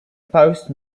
post